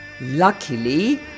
luckily